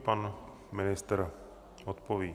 Pan ministr odpoví.